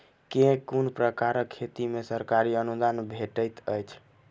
केँ कुन प्रकारक खेती मे सरकारी अनुदान भेटैत अछि?